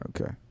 Okay